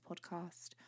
podcast